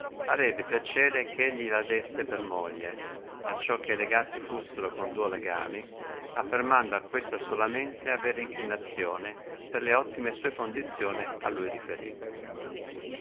arrebbe piacere eh ei gli la desse per moglie acciò che legati fussero con duo legami affermando a questa solamente avere inclinazione per le ottime sue condizioni a lui riferite